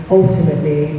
ultimately